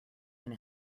can